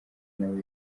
nawe